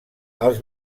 als